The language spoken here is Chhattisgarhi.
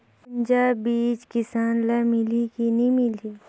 गुनजा बिजा किसान ल मिलही की नी मिलही?